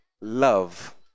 love